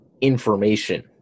information